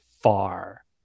far